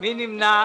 מי נמנע?